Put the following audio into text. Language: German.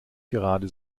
gerade